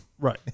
Right